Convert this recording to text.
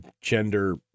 gender